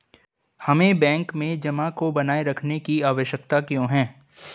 हमें बैंक में जमा को बनाए रखने की आवश्यकता क्यों है?